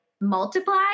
multiply